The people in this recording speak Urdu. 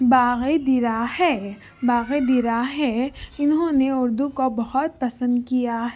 باغِ درا ہے باغِ درا ہے انہوں نے اُردو کو بہت پسند کیا